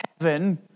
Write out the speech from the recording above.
heaven